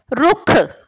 ਰੁੱਖ